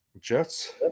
Jets